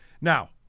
Now